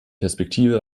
perspektive